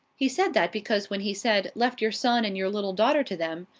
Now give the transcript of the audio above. he said that because when he said left your son and your little daughter to them,